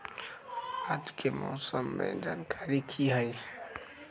आज के मौसम के जानकारी कि हई?